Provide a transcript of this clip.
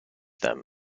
them